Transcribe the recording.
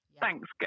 Thanks